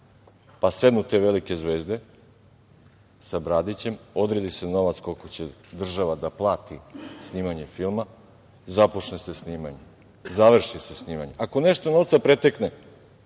pa sednu te velike zvezde sa Bradićem, odredi se novac koliko će država da plati snimanje filma, započne se snimanje, završi se snimanje. Ako nešto novca pretekne,